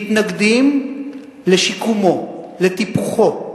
מתנגדים לשיקומו, לטיפוחו,